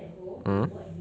mm